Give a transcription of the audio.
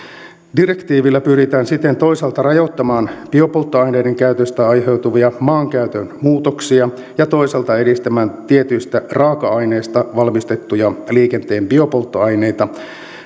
direktiivillä pyritään siten toisaalta rajoittamaan biopolttoaineiden käytöstä aiheutuvia maankäytön muutoksia ja toisaalta edistämään tietyistä raaka aineista valmistettuja liikenteen biopolttoaineita